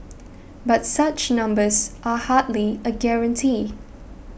but such numbers are hardly a guarantee